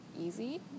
easy